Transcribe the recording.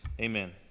Amen